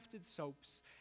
soaps